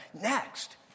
Next